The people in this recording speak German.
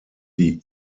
die